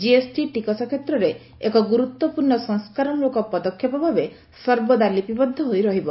GST ଟିକସ କ୍ଷେତ୍ରରେ ଏକ ଗୁରୁତ୍ୱପୂର୍ଣ୍ଣ ସଂସ୍କାରମୂଳକ ପଦକ୍ଷେପ ଭାବେ ସର୍ବଦା ଲିପିବଦ୍ଧ ହୋଇ ରହିବ